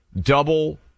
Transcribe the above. double